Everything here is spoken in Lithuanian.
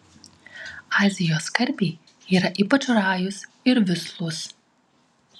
azijos karpiai yra ypač rajūs ir vislūs